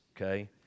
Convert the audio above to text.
okay